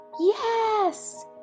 Yes